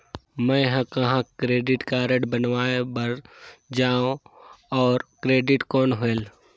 मैं ह कहाँ क्रेडिट कारड बनवाय बार जाओ? और क्रेडिट कौन होएल??